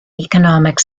economic